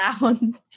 down